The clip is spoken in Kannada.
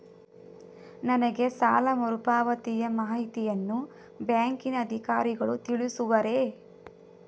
ನನಗೆ ಸಾಲ ಮರುಪಾವತಿಯ ಮಾಹಿತಿಯನ್ನು ಬ್ಯಾಂಕಿನ ಅಧಿಕಾರಿಗಳು ತಿಳಿಸುವರೇ?